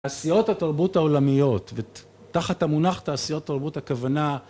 תעשיות התרבות העולמיות, ותחת המונח תעשיות תרבות הכוונה